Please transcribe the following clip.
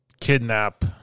kidnap